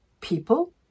People